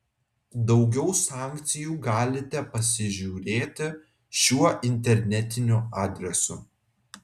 daugiau sankcijų galite pasižiūrėti šiuo internetiniu adresu